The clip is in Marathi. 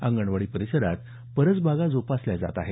अंगणवाडी परिसरात परसबागा जोपासल्या जात आहेत